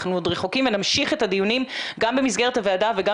אנחנו עוד רחוקים ונמשיך את הדיונים גם במסגרת הוועדה וגם